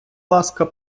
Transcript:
ласка